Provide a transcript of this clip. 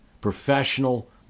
professional